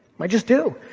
i just do.